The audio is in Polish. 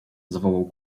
zawołał